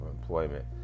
employment